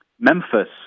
memphis